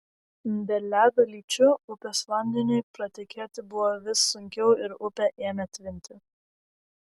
dėl ledo lyčių upės vandeniui pratekėti buvo vis sunkiau ir upė ėmė tvinti